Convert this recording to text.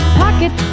pocket